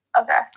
Okay